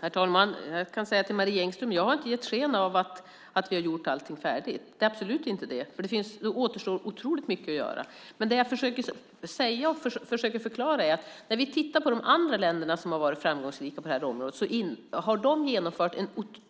Herr talman! Jag kan säga till Marie Engström att jag inte har gett sken av att vi har gjort allting färdigt. Det har vi absolut inte. Det återstår otroligt mycket att göra. Det jag försöker säga och förklara är att när vi tittar på de andra länder som har varit framgångsrika på det här området ser vi att de har genomfört en